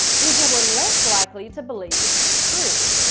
people were less likely to believe it was true.